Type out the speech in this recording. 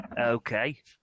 Okay